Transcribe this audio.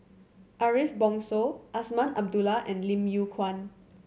Ariff Bongso Azman Abdullah and Lim Yew Kuan